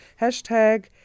hashtag